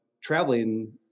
traveling